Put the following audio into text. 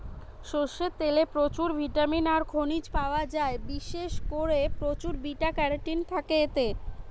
সরষের তেলে প্রচুর ভিটামিন আর খনিজ পায়া যায়, বিশেষ কোরে প্রচুর বিটা ক্যারোটিন থাকে এতে